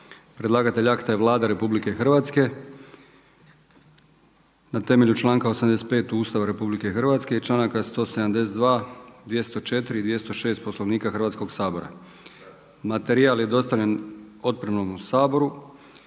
Predlagatelj akta je Vlada Republike Hrvatske, na temelju članka 85. Ustava Republike Hrvatske i članaka 172., 204., 206., Poslovnika Hrvatskog sabora. Materijal je dostavljen otpremom u Saboru,